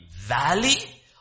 valley